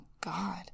God